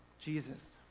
Jesus